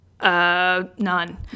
None